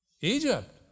Egypt